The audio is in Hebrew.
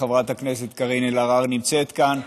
חברת הכנסת קארין אלהרר נמצאת כאן,